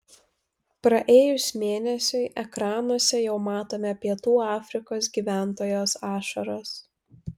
praėjus mėnesiui ekranuose jau matome pietų afrikos gyventojos ašaras